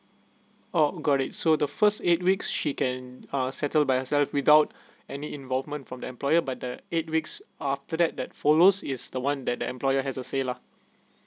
orh got it so the first eight weeks she can uh settle by herself without any involvement from the employer but the eight weeks after that that follows is the one that the employer has a say lah